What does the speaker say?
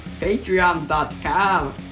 patreon.com